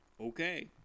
okay